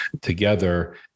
together